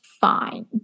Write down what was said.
fine